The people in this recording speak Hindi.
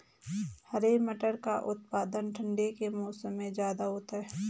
हरे मटर का उत्पादन ठंड के मौसम में ज्यादा होता है